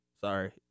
Sorry